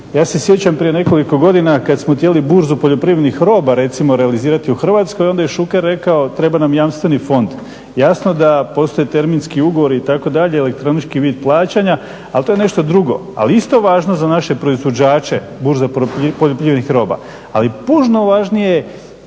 Ja se sjećam prije nekoliko godina kada smo htjeli burzu poljoprivrednih roba recimo realizirati u Hrvatskoj onda je Šuker rekao treba nam jamstveni fond. Jasno da postoje terminski ugovori itd., elektronički vid plaćanja ali to je nešto drugo ali isto važno za naše proizvođače burze poljoprivrednih roba. Ali puno važnije